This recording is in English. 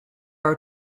are